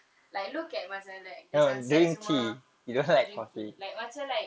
like look at macam like the sunsets semua drink tea like macam like